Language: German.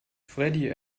freddie